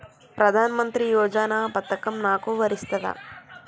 ప్రధానమంత్రి యోజన పథకం నాకు వర్తిస్తదా?